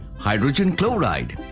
hydrogen chloride,